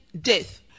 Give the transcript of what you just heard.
death